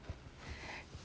ya that's why